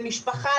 למשפחה,